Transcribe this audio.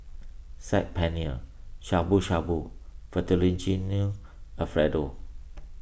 Saag Paneer Shabu Shabu Fettuccine Alfredo